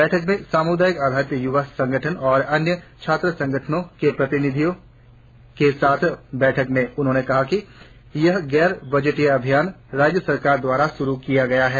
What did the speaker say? बैठक में समुदाय आधारित युवा संगठनो और अन्य छात्र संगठन के प्रतिनिधियों के साठ बैठक में उन्होंने कहा यह गैर बजटीय अभियान राज्य सरकार द्वारा शुरु किया गया है